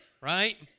right